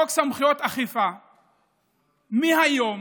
חוק סמכויות אכיפה, מהיום